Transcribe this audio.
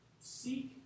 seek